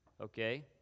Okay